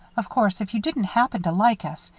of course, if you didn't happen to like us,